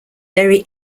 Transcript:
very